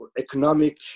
economic